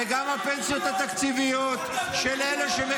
וגם הפנסיות התקציביות של אלה שמקבלים עשרות